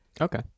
Okay